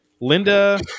Linda